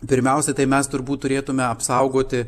pirmiausia tai mes turbūt turėtume apsaugoti